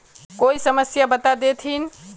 कोई समस्या बता देतहिन?